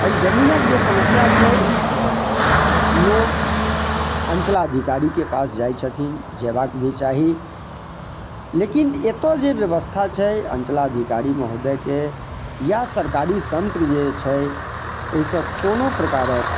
अइ जमीनक जे समस्या छै लोक अञ्चलाधिकारीके पास जाइ छथिन जेबाक भी चाही लेकिन एतऽ जे व्यवस्था छै अञ्चलाधिकारी महोदयके या सरकारी तन्त्र जे छै ई सब कोनो प्रकारक